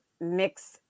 mix